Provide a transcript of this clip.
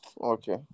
okay